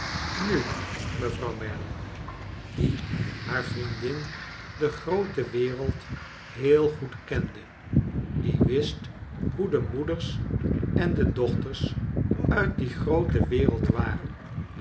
nu mevrouw merdle die haar vriendin de groote wereld heel goed kende die wist hoe de moeders en de dochters uit die groote wereld waren